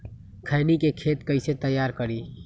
खैनी के खेत कइसे तैयार करिए?